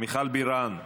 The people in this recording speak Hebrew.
מיכל בירן,